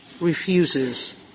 refuses